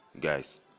guys